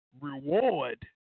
reward